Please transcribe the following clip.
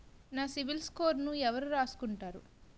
నా సిబిల్ స్కోరును ఎవరు రాసుకుంటారు